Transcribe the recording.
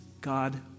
God